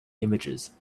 images